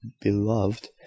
beloved